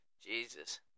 Jesus